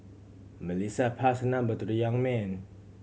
Melissa passed her number to the young man